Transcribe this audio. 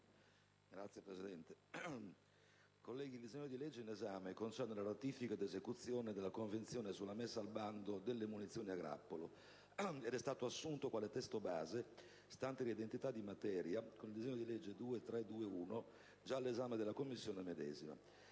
Signor Presidente, il disegno di legge in esame concerne la ratifica ed esecuzione della Convenzione sulla messa al bando delle munizioni a grappolo ed è stato assunto quale testo base stante l'identità di materia con il disegno di legge n. 2321 già all'esame della Commissione medesima.